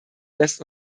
lässt